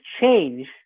change